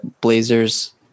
blazers